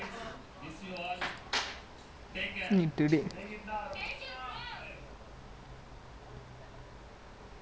I mean sanjay don't know how to protect himself lah it sucks legit like யாராச்சும் ஒன்னு இது பண்ணாலே:yaaraachum onnu ithu pannaalae like he won't stand up for himself lah basically